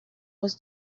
was